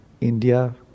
India